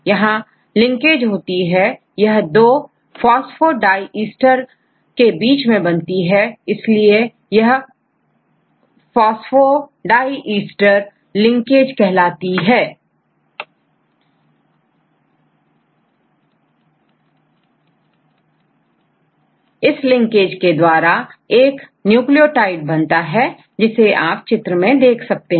यहां लिंकेज होती है यह दो फास्फोडाईईस्टर के बीच में बनती हैइसलिए यह फास्फोडाईईस्टर लिंकेज कहलाती है इस लिंकेज के द्वारा एक न्यूक्लियोटाइड बनता है जिसे आप चित्र में देख सकते हैं